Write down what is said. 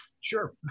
Sure